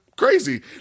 crazy